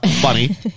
Funny